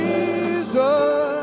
Jesus